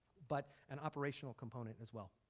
but an operational component as well.